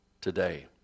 today